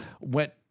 went